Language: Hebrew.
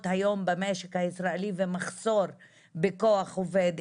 היום במשק הישראלי והמחסור בכוח עובד,